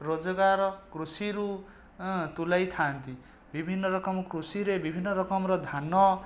ରୋଜଗାର କୃଷିରୁ ତୁଲାଇଥାନ୍ତି ବିଭିନ୍ନ ରକମ କୃଷିରେ ବିଭିନ୍ନ ରକମର ଧାନ